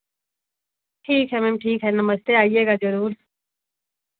ठीक है मैम ठीक है नमस्ते आईएगा ज़रूर